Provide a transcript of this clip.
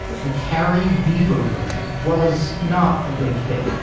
the kari bieber version was not a big hit,